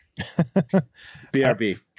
BRB